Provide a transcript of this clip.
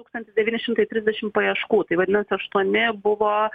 tūkstantis devyni šimtai trisdešimt paieškų tai vadinasi aštuoni buvo